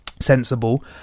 sensible